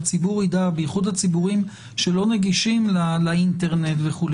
שהציבור יידע בייחוד הציבורים שלא נגישים לאינטרנט וכו'